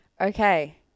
Okay